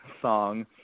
song